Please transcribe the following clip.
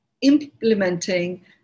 implementing